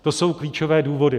To jsou klíčové důvody.